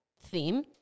theme